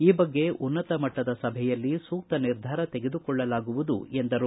ಈ ಬಗ್ಗೆ ಉನ್ನತ ಮಟ್ಟದ ಸಭೆಯಲ್ಲಿ ಸೂಕ್ತ ನಿರ್ಧಾರ ತೆಗೆದುಕೊಳ್ಳಲಾಗುವುದು ಎಂದರು